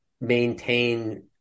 maintain